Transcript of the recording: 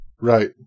Right